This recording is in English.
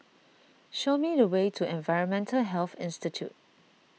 show me the way to Environmental Health Institute